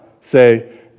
say